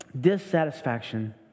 dissatisfaction